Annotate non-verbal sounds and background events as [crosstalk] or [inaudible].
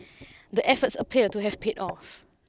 the efforts appear to have paid [noise] off